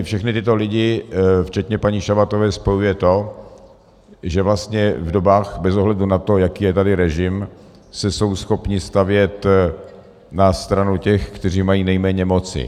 Všechny tyto lidi včetně paní Šabatové spojuje to, že vlastně v dobách, bez ohledu na to, jaký je tady režim, se jsou schopni stavět na stranu těch, kteří mají nejméně moci.